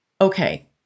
Okay